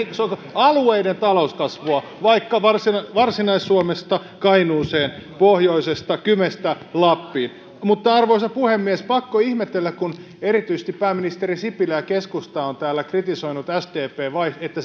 alueiden talouskasvua vaikka varsinais suomesta kainuuseen kymestä lappiin arvoisa puhemies pakko ihmetellä kun erityisesti pääministeri sipilä ja keskusta ovat täällä kritisoineet sdpn vaihtoehtoa että